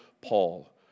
Paul